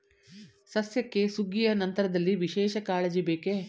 ಸಸ್ಯಕ್ಕೆ ಸುಗ್ಗಿಯ ನಂತರದಲ್ಲಿ ವಿಶೇಷ ಕಾಳಜಿ ಬೇಕೇ?